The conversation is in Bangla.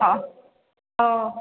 ও ও